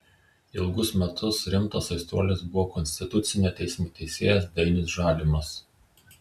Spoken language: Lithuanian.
ilgus metus rimtas aistruolis buvo konstitucinio teismo teisėjas dainius žalimas